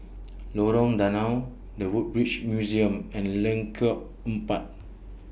Lorong Danau The Woodbridge Museum and Lengkok Empat